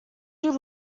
you